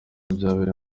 byabereye